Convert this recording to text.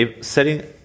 setting